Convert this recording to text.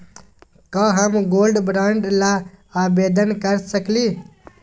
का हम gold bond ल आवेदन कर सकली?